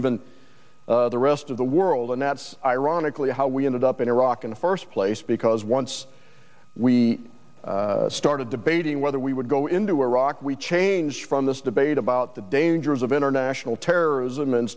even the rest of the world and that's ironically how we ended up in iraq in the first place because once we started debating whether we would go into iraq we changed from this debate about the dangers of international terrorism and